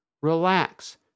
Relax